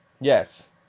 Yes